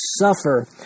suffer